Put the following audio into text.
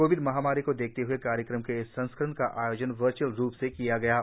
Covid महामारी को देखते हूए कार्यक्रम के इस संस्करण का आयोजन वर्च्अल रूप में किया जा रहा है